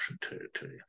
territory